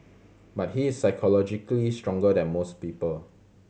but he is psychologically stronger than most people